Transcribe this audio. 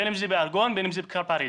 בין אם זה באגרון ובין אם זה בכיכר פריז.